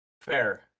fair